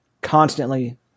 constantly